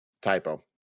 typo